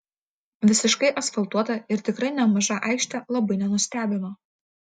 visiškai asfaltuota ir tikrai nemaža aikštė labai nenustebino